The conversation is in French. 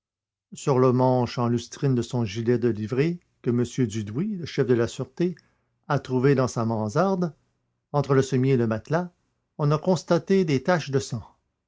sur la manche en lustrine de son gilet de livrée que m dudouis le chef de la sûreté a trouvé dans sa mansarde entre le sommier et le matelas on a constaté des taches de sang